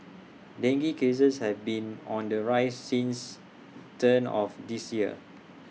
dengue cases have been on the rise since turn of the year